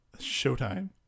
Showtime